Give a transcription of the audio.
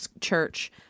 church